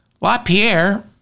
LaPierre